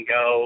go